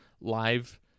live